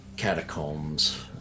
catacombs